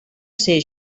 ser